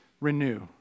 renew